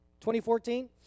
2014